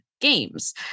games